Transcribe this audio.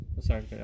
sorry